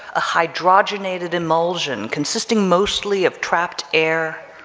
a hydrogenated emulsion consisting mostly of trapped air,